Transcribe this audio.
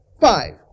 five